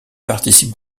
participe